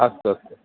अस्तु अस्तु